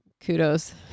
kudos